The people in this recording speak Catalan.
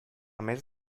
més